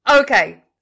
Okay